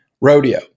rodeo